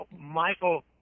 Michael